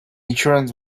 insurance